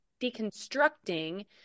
deconstructing